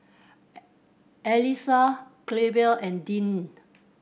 Allyssa Clevie and Deane